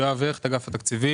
יואב הכט, אגף התקציבים.